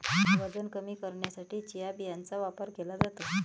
वजन कमी करण्यासाठी चिया बियांचा वापर केला जातो